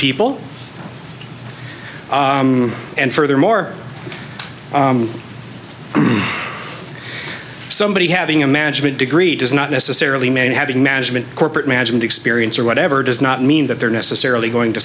people and furthermore somebody having a management degree does not necessarily mean having management corporate management experience or whatever does not mean that they're necessarily going to